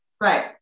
Right